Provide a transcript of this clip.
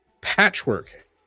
Patchwork